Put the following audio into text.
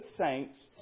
saints